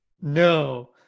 no